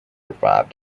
revive